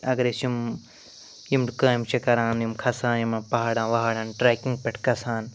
اگر أسۍ یِم یِم کامہِ چھِ کران یِم کھسان یِمَن پہاڑَن وہاڑَن ٹرٛیکِنٛگ پٮ۪ٹھ گژھان